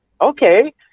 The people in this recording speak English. okay